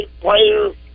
players